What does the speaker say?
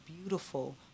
beautiful